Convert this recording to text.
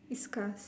discuss